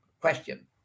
question